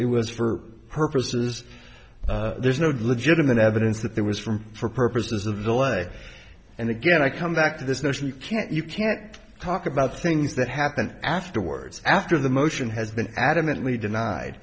it was for purposes there's no legitimate evidence that there was from for purposes of the lay and again i come back to this notion you can't you can't talk about things that happened afterwards after the motion has been adamantly denied